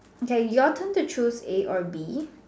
okay your turn to choose a or B